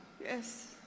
Yes